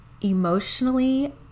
emotionally